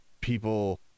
people